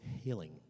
healing